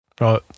Right